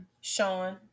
Sean